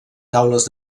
taules